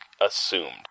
assumed